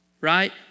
right